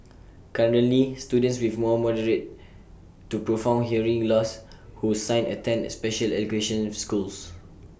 currently students with mom moderate to profound hearing loss who sign attend especial education schools